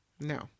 No